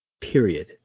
Period